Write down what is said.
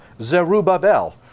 Zerubbabel